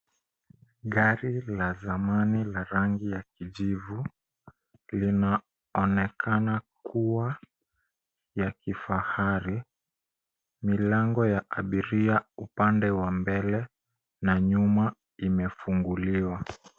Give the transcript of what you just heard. Gari la zamani la rangi ya kijivu linaonekana kuwa ya kifahari. Milango ya abiria upande wa mbele na nyuma imefunguliwa.